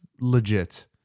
legit